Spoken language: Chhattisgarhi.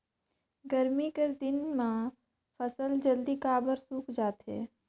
गरमी कर दिन म फसल जल्दी काबर सूख जाथे?